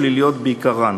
שליליות בעיקרן,